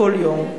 כל יום.